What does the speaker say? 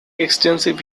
extensive